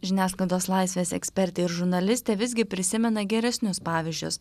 žiniasklaidos laisvės ekspertė ir žurnalistė visgi prisimena geresnius pavyzdžius